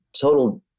total